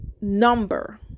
number